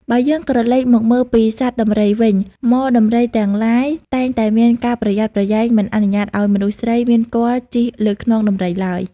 បើយើងក្រឡេកមកមើលពីសត្វដំរីវិញ ហ្មដំរីទាំងឡាយតែងតែមានការប្រយ័ត្នប្រយែង មិនអនុញ្ញាតឱ្យមនុស្សស្រីមានគភ៌ជិះលើខ្នងដំរីឡើយ។